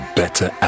better